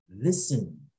listen